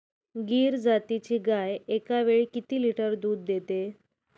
गीर जातीची गाय एकावेळी किती लिटर दूध देते?